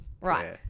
Right